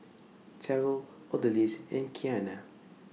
Terell Odalis and Kianna